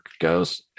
goes